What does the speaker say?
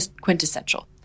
quintessential